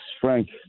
Frank